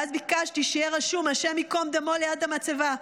ואז ביקשה שיהיה רשום השם ייקום דמו ליד המצבה.